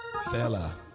Fella